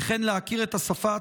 וכן "להכיר את השפה,